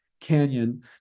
canyon